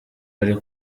ari